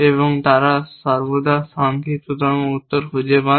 এবং তারা সর্বদা সংক্ষিপ্ততম উত্তর খুঁজে পান